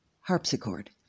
harpsichord